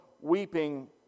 weeping